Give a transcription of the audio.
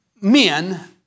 men